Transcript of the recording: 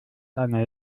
eine